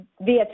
via